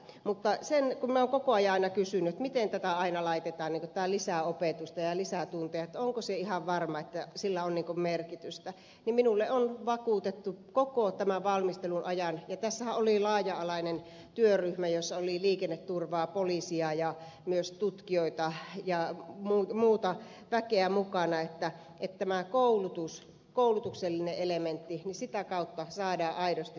mutta kun minä olen koko ajan kysynyt miten aina laitetaan tätä lisäopetusta ja lisätunteja onko se ihan varma että sillä on merkitystä niin minulle on vakuutettu koko tämän valmistelun ajan ja tässähän oli laaja alainen työryhmä jossa oli liikenneturvaa poliisia ja myös tutkijoita ja muuta väkeä mukana että tämän koulutuksellisen elementin kautta saadaan aidosti liikenneturvallisuutta